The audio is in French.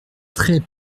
très